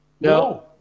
No